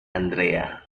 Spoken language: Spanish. andrea